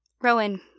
rowan